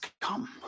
come